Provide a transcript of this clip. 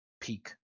peak